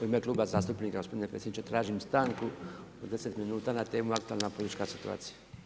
U ime kluba zastupnika gospodine predsjedniče tražim stanku od 10 minuta na temu aktualna politička situacija.